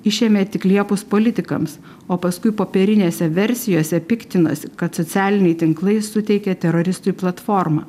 išėmė tik liepus politikams o paskui popierinėse versijose piktinosi kad socialiniai tinklai suteikė teroristui platformą